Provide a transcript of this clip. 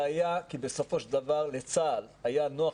זה היה כי בסופו של דבר לצה"ל היה נוח